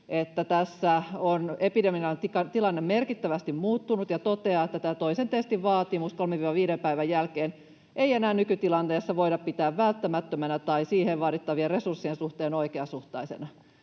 että tässä on epidemiologinen tilanne merkittävästi muuttunut, ja toteaa, että tätä toisen testin vaatimusta 3—5 päivän jälkeen ei enää nykytilanteessa voida pitää välttämättömänä tai siihen vaadittavien resurssien suhteen oikeasuhtaisena.